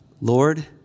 Lord